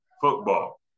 football